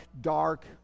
dark